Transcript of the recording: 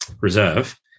reserve